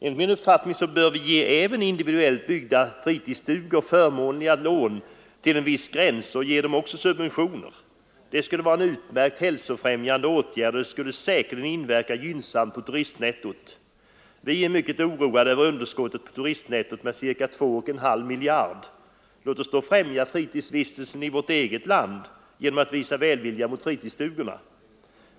Enligt min uppfattning bör vi ge också individuellt byggda fritidsstugor förmånliga lån till en viss gräns och även subvention. Det skulle vara en utmärkt hälsofrämjande åtgärd, och den skulle säkerligen inverka gynnsamt på turistnettot. Vi är mycket oroade över underskotten på turistnettot — ca 2,5 miljarder. Låt oss då främja fritidsvistelsen i vårt eget land genom att visa välvilja mot fritidsstugorna.